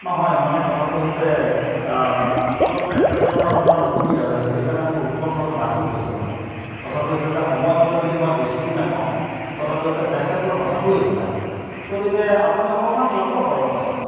নহয় মানে কথাটো হৈছে অলপ পেচেণ্টজনৰ অকণমান অসুবিধা হৈ আছে সেইকাৰণে মোৰ উৎকণ্ঠাটো বাঢ়ি গৈছে মানে কথাটো হৈছে যে সময়মতে যদি মই বস্তুটো নাপাও কথাটো হৈছে পেচেণ্টৰ কথাটো এইবিলাক গতিকে আপুনি অকণমান যত্ন কৰক কথাটো